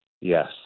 Yes